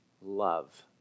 love